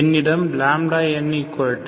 என்னிடம் n4n22b a2 உள்ளது